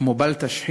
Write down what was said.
כמו בל תשחית,